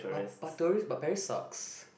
but but tourist but Paris sucks